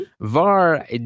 Var